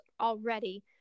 already